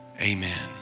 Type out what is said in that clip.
amen